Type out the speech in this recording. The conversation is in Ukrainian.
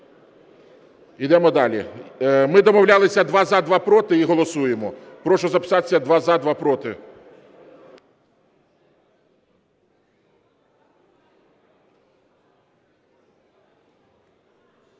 Йдемо далі. Ми домовлялися: два – за, два – проти і голосуємо. Прошу записатися: два – за, два – проти.